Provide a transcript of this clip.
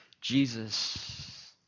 Jesus